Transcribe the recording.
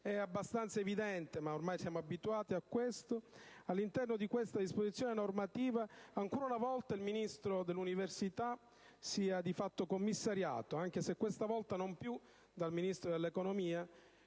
È abbastanza evidente - ma ormai siamo abituati a questo - che all'interno di questa disposizione normativa ancora una volta il Ministro dell'università sia di fatto commissariato, anche se questa volta non più dal Ministro dell'economia